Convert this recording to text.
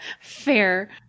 Fair